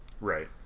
Right